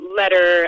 letter